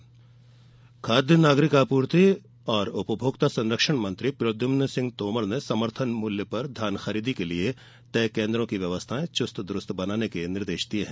धान खरीदी खादय नागरिक आपूर्ति एवं उपभोक्ता संरक्षण मंत्री प्रदयुम्न सिंह तोमर ने समर्थन मूल्य पर धान खरीदी के लिये तय केन्द्रो की व्यवस्थाएँ चुस्त दुरुस्त बनाने के निर्देश दिये हैं